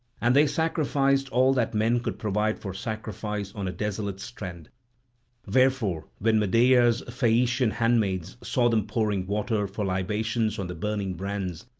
and they sacrificed all that men could provide for sacrifice on a desolate strand wherefore when medea's phaeacian handmaids saw them pouring water for libations on the burning brands,